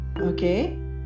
Okay